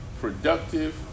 productive